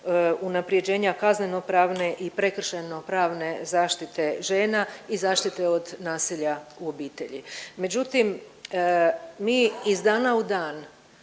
unaprjeđenja kazneno-pravne i prekršajno pravne zaštite žena i zaštite od nasilja u obitelji. Međutim, mi iz dana u dan